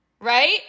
Right